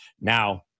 Now